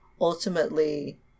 ultimately